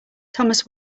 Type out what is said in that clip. thomas